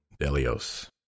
Delios